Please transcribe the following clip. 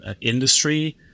industry